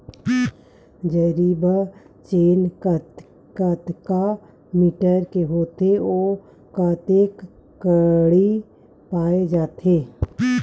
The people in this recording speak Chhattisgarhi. जरीब चेन कतेक मीटर के होथे व कतेक कडी पाए जाथे?